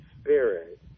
spirit